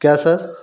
क्या सर